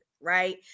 right